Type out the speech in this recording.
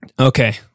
Okay